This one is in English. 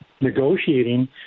negotiating